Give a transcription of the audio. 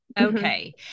Okay